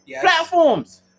platforms